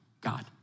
God